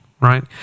right